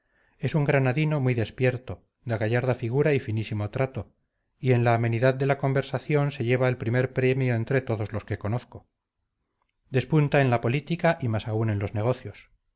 es un granadino muy despierto de gallarda figura y finísimo trato y en la amenidad de la conversación se lleva el primer premio entre todos los que conozco despunta en la política y más aún en los negocios